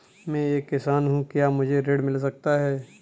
मैं एक किसान हूँ क्या मुझे ऋण मिल सकता है?